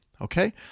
Okay